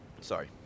sorry